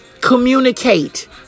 Communicate